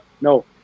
No